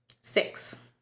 six